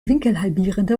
winkelhalbierende